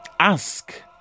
Ask